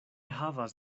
havas